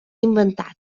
inventat